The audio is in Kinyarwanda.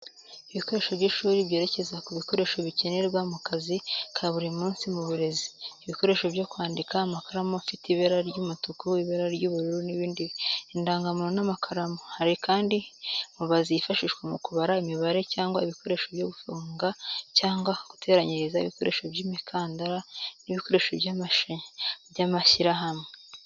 Ibikoresho by'ishuri byerekeza ku bikoresho bikenerwa mu kazi ka buri munsi mu burezi. Ibikoresho byo kwandika amakaramu afite ibara ry'umutuku, ibara ry'ubururu, n'ibindi indangamuntu n'amakaramu. Hari kandi mubazi yifashishwa mukubara imibare cyangwa ibikoresho byo gufunga cyangwa guteranyiriza ibikoresho by'imikandara n'ibikoresho by'amashyirahamwe.